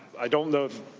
i don't know